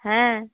হ্যাঁ